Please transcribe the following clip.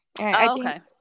Okay